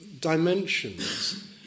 dimensions